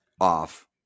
off